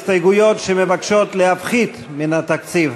הסתייגויות שמבקשות להפחית מן התקציב,